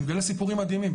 אני מגלה סיפורים מדהימים